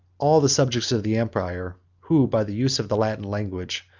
all the subjects of the empire, who, by the use of the latin language,